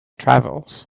travels